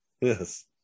Yes